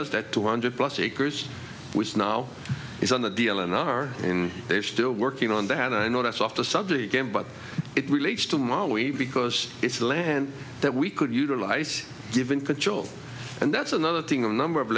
us that two hundred plus acres which now is on the d l and are in they still working on that i know that's off the subject again but it relates to ma we because it's a land that we could utilize given control and that's another thing a number of